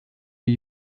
die